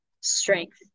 strength